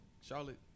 charlotte